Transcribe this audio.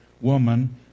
Woman